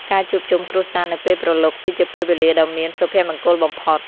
ការជួបជុំគ្រួសារនៅពេលព្រលប់ គឺជាពេលវេលាដ៏មានសុភមង្គលបំផុត។